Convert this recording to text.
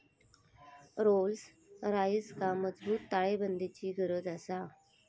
Rolls रॉइसका मजबूत ताळेबंदाची गरज आसा